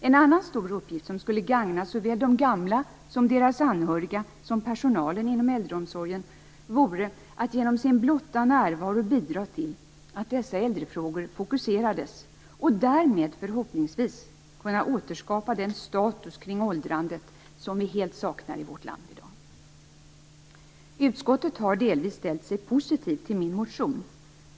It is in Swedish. En annan stor uppgift som skulle gagna såväl de gamla som deras anhöriga och personalen inom äldreomsorgen vore att en äldreombudsman genom sin blotta närvaro skulle bidra till att dessa äldrefrågor fokuserades och därmed förhoppningsvis kunna återskapa den status kring åldrandet som vi helt saknar i vårt land i dag. Utskottet har delvis ställt sig positivt till min motion.